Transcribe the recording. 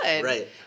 Right